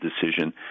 decision